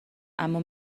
اما